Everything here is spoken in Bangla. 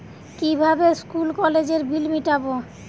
কিভাবে স্কুল কলেজের বিল মিটাব?